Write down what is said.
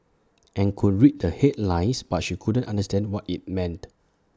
and could read the headlines but she couldn't understand what IT meant